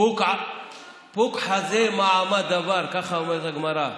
פוק חזי מאי עמא דבר, ככה אומרת הגמרא.